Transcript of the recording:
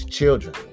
children